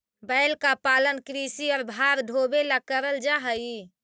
बैल का पालन कृषि और भार ढोवे ला करल जा ही